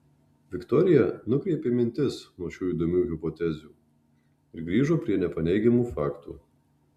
viktorija nukreipė mintis nuo šių įdomių hipotezių ir grįžo prie nepaneigiamų faktų